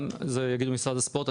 זה יגידו משרד הספורט.